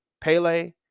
Pele